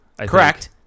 Correct